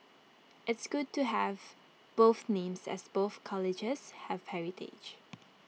it's good to have both names as both colleges have heritage